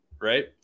right